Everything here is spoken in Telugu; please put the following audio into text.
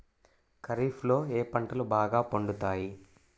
ఖరీఫ్లో ఏ పంటలు బాగా పండుతాయి?